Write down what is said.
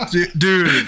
Dude